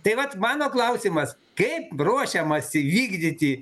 tai vat mano klausimas kaip ruošiamasi vykdyti